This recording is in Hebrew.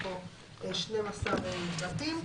יש פה 12 פרטים.